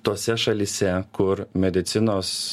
tose šalyse kur medicinos